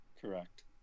correct